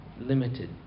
limited